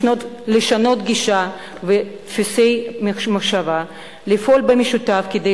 לשנות גישה ודפוסי מחשבה ולפעול במשותף כדי